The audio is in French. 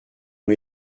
ont